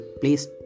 Please